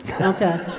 Okay